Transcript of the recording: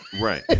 right